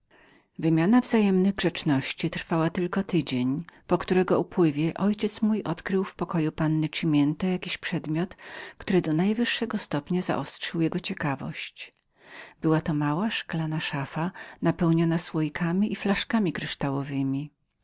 wymiana ta wzajemnych grzeczności trwała przez ośm dni po upływie których mój ojciec odkrył w pokoju panny cimiento jakiś przedmiot który do najwyższego stopnia zaostrzył jego ciekawość była to mała szklanna szafa napełniona słoikami i flaszkami kryształowemi